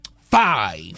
five